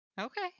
Okay